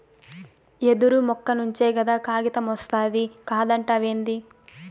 యెదురు మొక్క నుంచే కదా కాగితమొస్తాది కాదంటావేంది